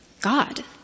God